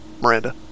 Miranda